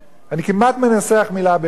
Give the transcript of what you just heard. אני כמעט מנסח מלה במלה.